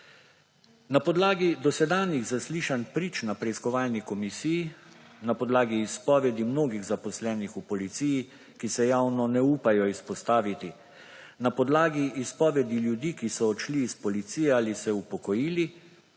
Na podlagi dosedanjih zaslišanj prič na preiskovalni komisiji, na podlagi izpovedi mnogih zaposlenih v policiji, ki se javno ne upajo izpostaviti, na podlagi izpovedi ljudi, ki so odšli iz policije ali se upokojili,